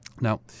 Now